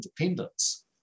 independence